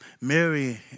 Mary